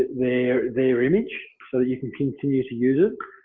their their image? so you can continue to use it.